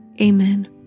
Amen